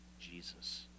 Jesus